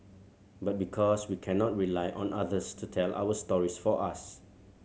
but because we cannot rely on others to tell our stories for us